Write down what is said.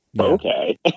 okay